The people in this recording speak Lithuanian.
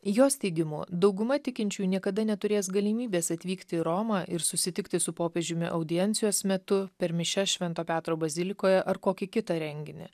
jos teigimu dauguma tikinčiųjų niekada neturės galimybės atvykti į romą ir susitikti su popiežiumi audiencijos metu per mišias švento petro bazilikoje ar kokį kitą renginį